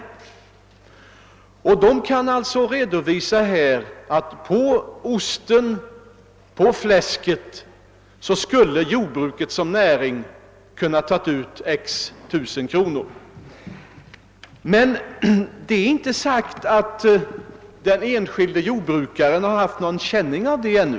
Arbetsgruppen kan alltså beräkna att på osten eller på fläsket skulle jordbruket ha kunnat ta ut xr tusen kronor, men det är inte sagt att den enskilde jordbrukaren har haft någon känning av det ännu.